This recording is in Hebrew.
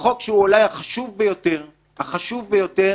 בחוק שהוא אולי החשוב ביותר, החשוב ביותר